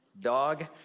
dog